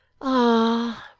ah!